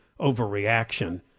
overreaction